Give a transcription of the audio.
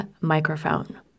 microphone